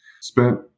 Spent